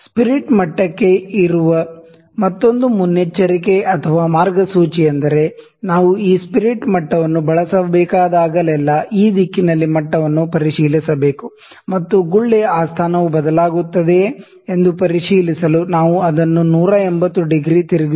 spirit ಮಟ್ಟಕ್ಕೆ ಇರುವ ಮತ್ತೊಂದು ಮುನ್ನೆಚ್ಚರಿಕೆ ಅಥವಾ ಮಾರ್ಗಸೂಚಿ ಎಂದರೆ ನಾವು ಈ ಸ್ಪಿರಿಟ್ ಮಟ್ಟವನ್ನು ಬಳಸಬೇಕಾದಾಗಲೆಲ್ಲಾ ಈ ದಿಕ್ಕಿನಲ್ಲಿ ಮಟ್ಟವನ್ನು ಪರಿಶೀಲಿಸಬಹುದು ಮತ್ತು ಗುಳ್ಳೆಯ ಆ ಸ್ಥಾನವು ಬದಲಾಗುತ್ತದೆಯೇ ಎಂದು ಪರಿಶೀಲಿಸಲು ನಾವು ಅದನ್ನು 180 ಡಿಗ್ರಿ ತಿರುಗಿಸುತ್ತೇವೆ